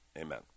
amen